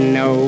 no